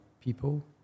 people